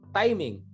timing